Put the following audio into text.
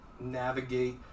navigate